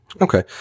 Okay